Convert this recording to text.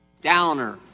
Downer